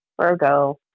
Virgo